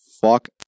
Fuck